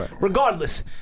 regardless